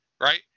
right